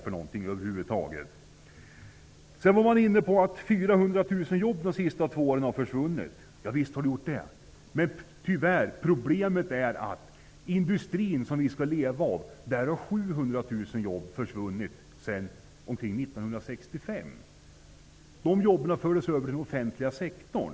Vidare har det sagts att 400 000 jobb har försvunnit de senaste två åren. Ja visst har det gjort det. Men tyvärr är problemet att inom industrin som vi skall leva av har 700 000 jobb försvunnit sedan 1965. De jobben fördes över till den offentliga sektorn.